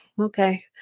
okay